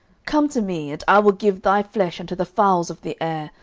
come to me, and i will give thy flesh unto the fowls of the air,